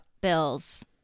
Bills